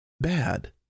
Bad